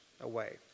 away